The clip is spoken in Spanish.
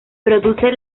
produce